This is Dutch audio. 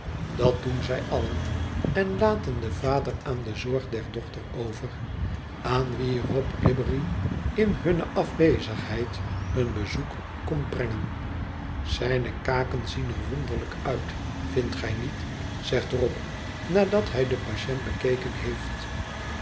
dat doen zij allen en laten den vader aan de zorg der dochter over aan wie rob glibbery in hunne afwezigheid een bezoek komt brengen zijne kaken zien er wonderlijk uit vindt gij niet zegt rob nadat hij den patiënt bekeken heeft